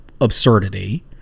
absurdity